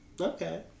Okay